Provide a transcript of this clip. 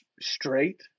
straight